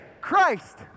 Christ